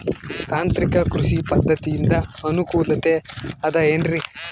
ತಾಂತ್ರಿಕ ಕೃಷಿ ಪದ್ಧತಿಯಿಂದ ಅನುಕೂಲತೆ ಅದ ಏನ್ರಿ?